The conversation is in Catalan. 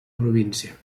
província